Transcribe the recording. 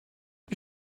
die